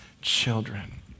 children